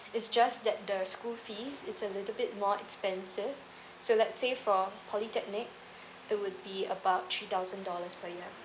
it's just that the school fees it's a little bit more expensive so let's say for polytechnic it would be about three thousand dollars per year